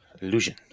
illusion